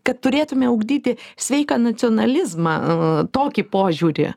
kad turėtume ugdyti sveiką nacionalizmą tokį požiūrį